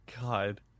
God